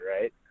right